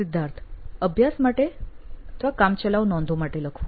સિદ્ધાર્થ અભ્યાસ માટે કામ ચલાઉ નોંધો માટે લખવું